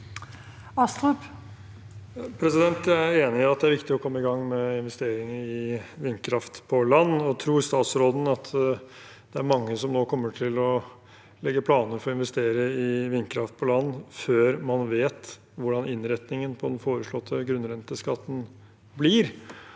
Jeg er enig i at det er viktig å komme i gang med investeringer i vindkraft på land. Tror statsråden at det er mange som nå kommer til å legge planer for å investere i vindkraft på land før man vet hvordan innretningen på den foreslåtte grunnrenteskatten blir?